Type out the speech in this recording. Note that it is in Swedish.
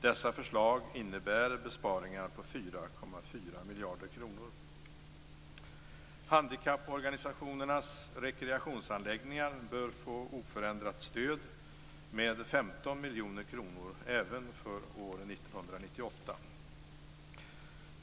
Dessa förslag innebär besparingar på 4,4 miljarder kronor. Handikapporganisationernas rekreationsanläggningar bör få oförändrat stöd med 15 miljoner kronor även för år 1998.